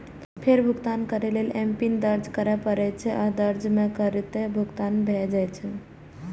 फेर भुगतान करै लेल एमपिन दर्ज करय पड़ै छै, आ से दर्ज करिते भुगतान भए जाइ छै